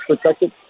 protected